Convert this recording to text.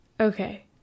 Okay